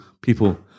people